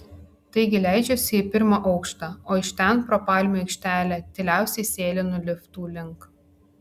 taigi leidžiuosi į pirmą aukštą o iš ten pro palmių aikštelę tyliausiai sėlinu liftų link